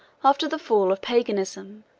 after the fall of paganism,